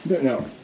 No